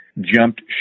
jumped